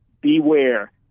beware